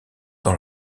dans